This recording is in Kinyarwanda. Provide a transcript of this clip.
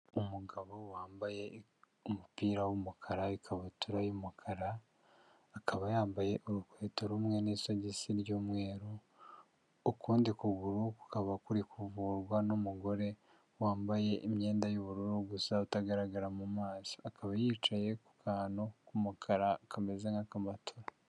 Umugabo wambaye umupira w'umukara, ikabutura y'umukara akaba yambaye urukweto rumwe nisogisi ry'umweru, ukundi kuguru kukaba kuri kuvurwa n'umugore wambaye imyenda y'ubururu gusa utagaragara mu maso, akaba yicaye ku kantu k'umukara kameze nk'akamotora.